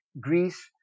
Greece